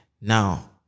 Now